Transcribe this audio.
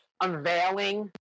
unveiling